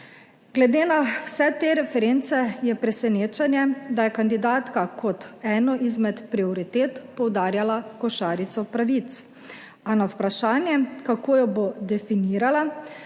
Glede na vse te reference je presenečenje, da je kandidatka kot eno izmed prioritet poudarjala košarico pravic. A na vprašanje, kako jo bo definirala,